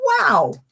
wow